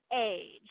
age